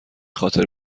خاطر